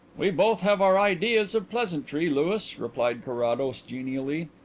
we both have our ideas of pleasantry, louis, replied carrados genially.